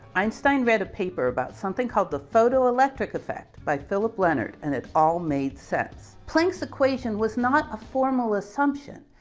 einstein read a paper about something called the photoelectric effect by phillip leonard. and it all made sense. planck's equation was not a formal assumption.